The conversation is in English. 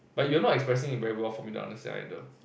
but you're not expressing it very well for me to understand either